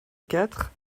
quatre